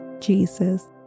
Jesus